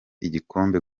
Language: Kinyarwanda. igikombe